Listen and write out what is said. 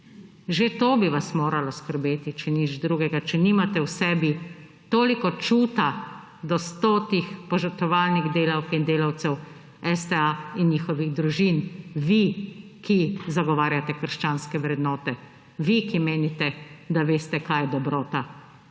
Že to bi vas moralo skrbeti, če nič drugega, če nimate v sebi toliko čuta do stotih požrtvovalnih delavk in delavcev STA in njihovih družin, vi ki zagovarjate krščanske vrednote, vi ki menite, da veste kaj je dobrota.